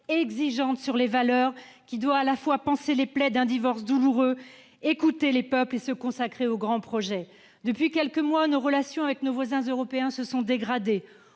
exigeante sur les valeurs, qui doit à la fois panser les plaies d'un divorce douloureux, écouter les peuples et se consacrer aux grands projets. Depuis quelques mois, nos relations avec nos voisins européens se sont dégradées.